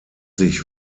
sich